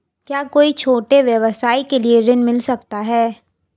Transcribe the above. क्या कोई छोटे व्यवसाय के लिए ऋण मिल सकता है?